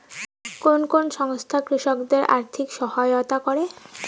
কোন কোন সংস্থা কৃষকদের আর্থিক সহায়তা করে?